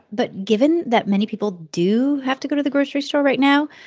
but given that many people do have to go to the grocery store right now,